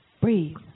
breathe